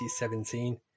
2017